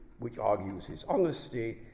which argues his honesty,